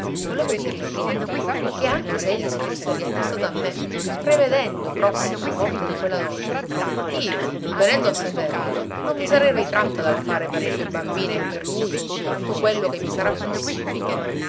volevo dirle prima che anche se egli si fosse riaccostato a me prevedendo prossima la morte di quella donna io venendo a saperlo non mi sarei ritratta dal fare per le sue bambine e per lui tutto quello che mi sarà possibile